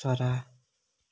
चरा